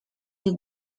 ich